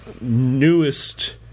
newest